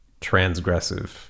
transgressive